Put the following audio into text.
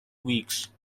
weeks